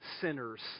sinners